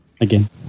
Again